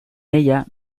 ella